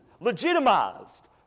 legitimized